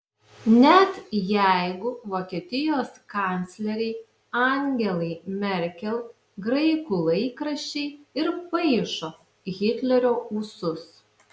net jeigu vokietijos kanclerei angelai merkel graikų laikraščiai ir paišo hitlerio ūsus